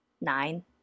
nine